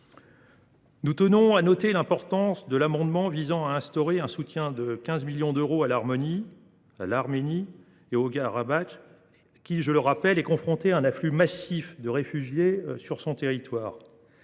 Nous tenons à souligner l’importance de l’amendement visant à instaurer un soutien de 15 millions d’euros au Haut Karabagh et à l’Arménie qui, je le rappelle, est confrontée à un afflux massif de réfugiés sur son territoire.